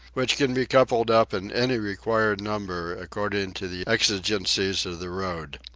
which can be coupled up in any required number according to the exigencies of the road.